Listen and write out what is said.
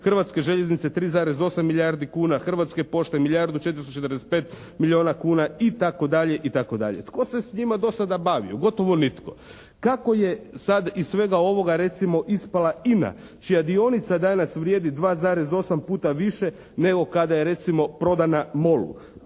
Hrvatske željeznice 3,8 milijardi kuna, Hrvatske pošte milijardu 445 milijuna kuna i tako dalje i tako dalje. Tko se s njima do sada bavio? Gotovo nitko. Kako je sad iz svega ovoga recimo ispala INA čija dionica danas vrijedi 2,8 puta više nego kada je recimo prodana MOL-u.